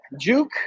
Juke